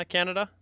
Canada